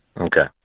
Okay